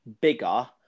bigger